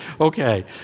Okay